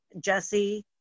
Jesse